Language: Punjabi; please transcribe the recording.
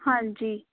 ਹਾਂਜੀ